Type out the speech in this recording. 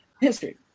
history